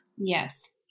Yes